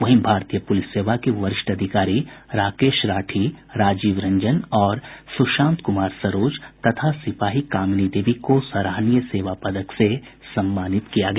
वहीं भारतीय पुलिस सेवा के वरिष्ठ पदाधिकारी राकेश राठी राजीव रंजन और सुशांत कुमार सरोज तथा सिपाही कामनी देवी को सराहनीय सेवा पदक से सम्मानित किया गया